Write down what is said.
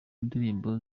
ndirimbo